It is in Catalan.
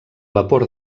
vapor